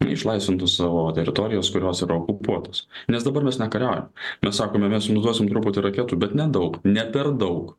išlaisvintų savo teritorijos kurios yra okupuotus nes dabar mes nekariaujam mes sakome mes jums duosim truputį raketų bet nedaug ne per daug